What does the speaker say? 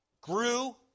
grew